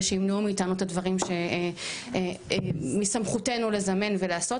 שימנעו מאיתנו את הדברים שמסמכותנו לזמן ולעשות,